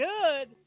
good